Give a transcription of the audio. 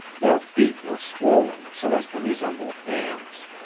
their feet were swollen so as to resemble hams.